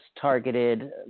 targeted